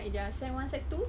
like their sec one sec two